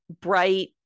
bright